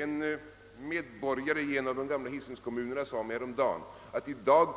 En medborgare i en av de gamla hisingskommunerna sade häromdagen: »Nu